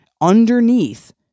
underneath